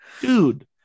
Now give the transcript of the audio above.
Dude